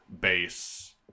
base